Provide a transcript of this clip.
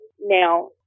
Now